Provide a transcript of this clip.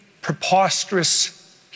preposterous